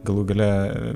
galų gale